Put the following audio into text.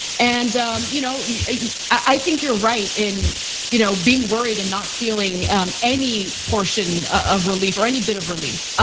and you know i think you're right in you know being worried, and not feeling um any portion of relief, or any bit of relief.